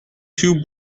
two